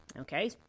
okay